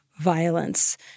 violence